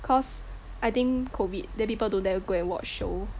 cause I think COVID the people don't dare to go and watch show